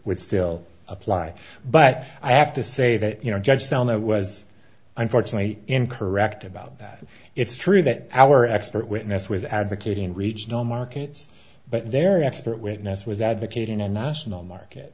would still apply but i have to say that you know judge fellow was unfortunately in correct about that it's true that our expert witness was advocating regional markets but their expert witness was advocating a national market